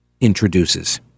introduces